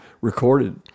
recorded